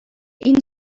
این